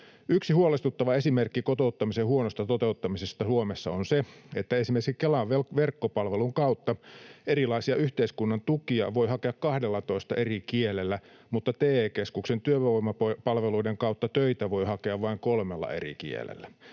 Yksi huolestuttava esimerkki kotouttamisen huonosta toteuttamisesta Suomessa on se, että esimerkiksi Kelan verkkopalvelun kautta erilaisia yhteiskunnan tukia voi hakea 12 eri kielellä, mutta TE-keskuksen työvoimapalveluiden kautta töitä voi hakea vain kolmella eri kielellä.